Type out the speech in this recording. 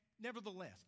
Nevertheless